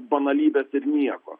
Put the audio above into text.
banalybės ir nieko